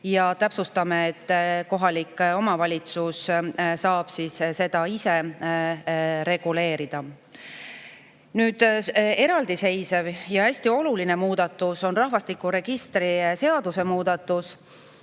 Me täpsustame, et kohalik omavalitsus saab seda ise reguleerida. Nüüd, eraldiseisev ja hästi oluline muudatus on rahvastikuregistri seaduse muudatus.